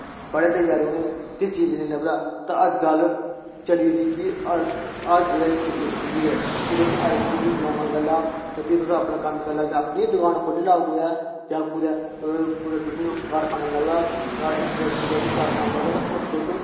बड़े बारी उ'नें किश चीज नेईं लभदी तां अजकल चली दी कि हर हर जगह् इंस्टिट्यूट खु'ल्ली दे जे तुस आई टी च डिप्लोमा करी लैओ ते फ्ही तुस अपना कम्म करी लैओ जां अपनी गै दकान खोह्ली लैओ कुतै जां कुतै कुतै तुसे ईं कारखाना लभदा कार इंडस्ट्री लभदी कारखाना लभदा उत्थै तुस